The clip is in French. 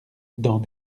dans